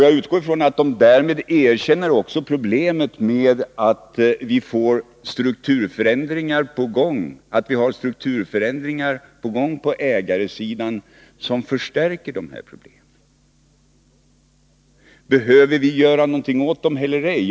Jag utgår då ifrån att de därmed också erkänner problemet med att vi har strukturförändringar på gång på ägarsidan som förstärker dessa problem. Behöver vi göra någonting åt problemen eller ej?